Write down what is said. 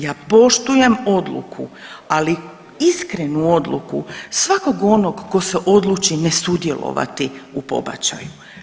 Ja poštujem odluku, ali iskrenu odluku svakog onog tko se odluči ne sudjelovati u pobačaju.